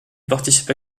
participe